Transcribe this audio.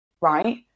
right